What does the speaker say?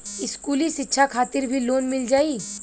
इस्कुली शिक्षा खातिर भी लोन मिल जाई?